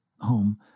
home